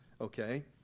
Okay